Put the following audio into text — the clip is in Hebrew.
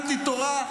אנטי-תורה,